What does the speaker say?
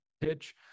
pitch